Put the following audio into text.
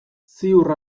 ziur